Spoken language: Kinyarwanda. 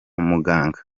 muganga